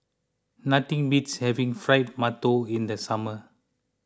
nothing Beats having Fried Mantou in the summer